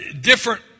different